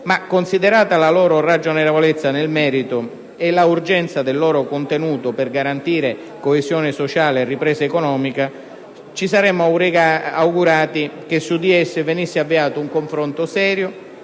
considerata la loro ragionevolezza nel merito e l'urgenza del loro contenuto per garantire coesione sociale e ripresa economica, ci saremmo augurati che su di essi venisse avviato un confronto serio